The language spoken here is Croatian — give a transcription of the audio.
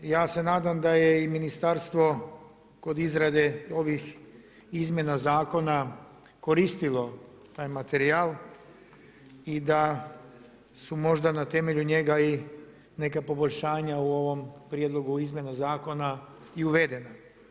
Ja se nadam da je i Ministarstvo kod izrade ovih izmjena zakona koristilo taj materijal i da su možda na temelju njega i neka poboljšanja u ovom prijedlogu izmjena zakona i uvedena.